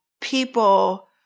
people